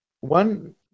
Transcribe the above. one